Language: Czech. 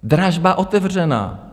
Dražba otevřená.